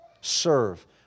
serve